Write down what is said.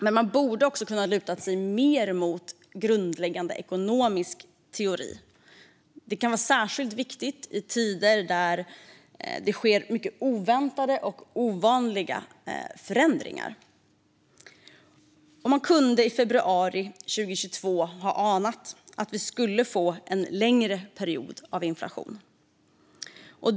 Men man borde ha kunnat luta sig mer mot grundläggande ekonomisk teori. Det kan vara särskilt viktigt i tider då det sker oväntade och ovanliga förändringar. Man hade också i februari 2022 kunnat ana att vi skulle få en längre period av hög inflation.